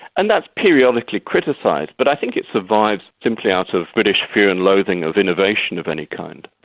and that's periodically criticised, but i think it survives simply out of british fear and loathing of innovation of any kind.